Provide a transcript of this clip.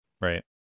right